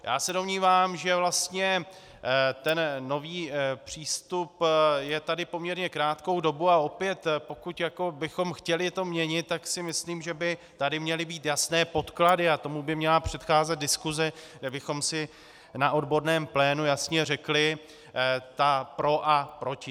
Já se domnívám, že vlastně ten nový přístup je tady poměrně krátkou dobu a opět, pokud bychom to chtěli měnit, tak si myslím, že by tady měly být jasné podklady a měla by tomu předcházet diskuse, kde bychom si na odborném plénu jasně řekli všechna pro a proti.